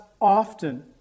often